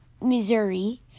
Missouri